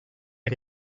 que